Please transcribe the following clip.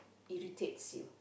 irritates you